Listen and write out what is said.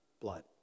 blood